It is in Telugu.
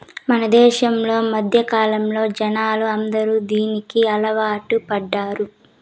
మన దేశంలో మధ్యకాలంలో జనాలు అందరూ దీనికి అలవాటు పడ్డారు